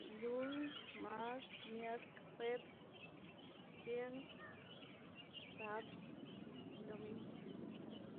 Lunx, mart, mierk, juebs, biern, sabd, ndoming.